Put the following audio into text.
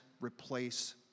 replace